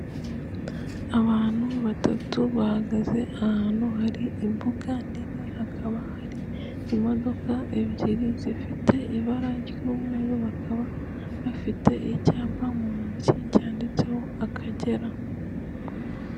Abantu batatu bahagaze ahantu hari imbuga nini hakaba hari imodoka ebyiri zifite ibara ry'umweru bakaba bafite icyapa mu ntoki cyanditseho Akagera.